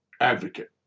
advocate